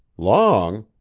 long?